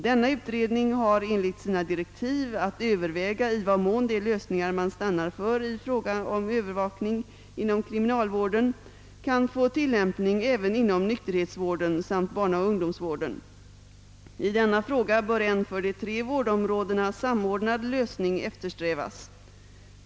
Denna utredning har enligt sina direktiv att överväga i vad mån de lösningar man stannar för i frågan om övervakning inom kriminalvården kan få tillämpning även inom nykterhetsvården samt inom barnaoch ungdomsvården. I denna fråga bör en för de tre vårdområdena samordnad lösning eftersträvas.